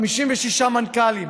56 מנכ"לים,